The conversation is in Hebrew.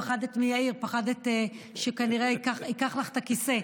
פחדת מיאיר, פחדת שכנראה ייקח לך את הכיסא.